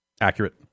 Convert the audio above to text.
Accurate